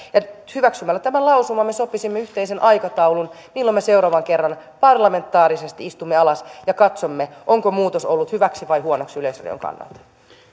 hyväksymällä tämän lausuman me sopisimme yhteisen aikataulun milloin me seuraavan kerran parlamentaarisesti istumme alas ja katsomme onko muutos ollut hyväksi vai huonoksi yleisradion kannalta